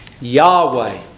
Yahweh